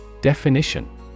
Definition